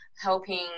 helping